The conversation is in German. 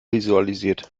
visualisiert